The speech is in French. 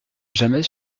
jamais